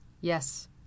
Yes